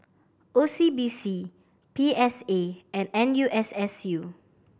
O C B C P S A and N U S S U